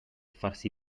farsi